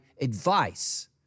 advice